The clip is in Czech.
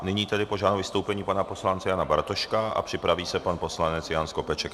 Nyní tedy požádám o vystoupení pana poslance Jana Bartoška a připraví se pan poslanec Jan Skopeček.